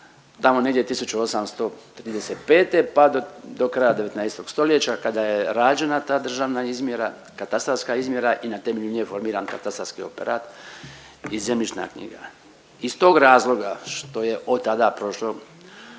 tamo negdje 1835. pa do kraja 19. st. kada je rađena ta državna izmjera, katastarska izmjera i na temelju nje je formiran katastarski operat i zemljišna knjiga. Iz tog razloga što je otada prošlo